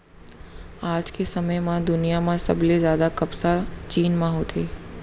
आज के समे म दुनिया म सबले जादा कपसा चीन म होथे